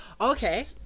okay